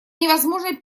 невозможно